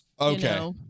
okay